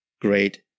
great